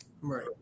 Right